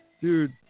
dude